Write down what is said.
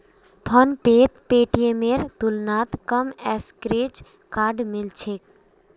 फोनपेत पेटीएमेर तुलनात कम स्क्रैच कार्ड मिल छेक